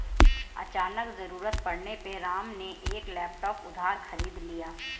अचानक ज़रूरत पड़ने पे राम ने एक लैपटॉप उधार खरीद लिया